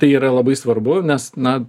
tai yra labai svarbu nes na